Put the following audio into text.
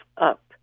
up